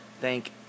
thank